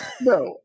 No